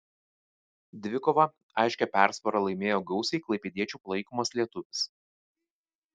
dvikovą aiškia persvara laimėjo gausiai klaipėdiečių palaikomas lietuvis